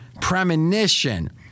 premonition